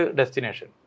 destination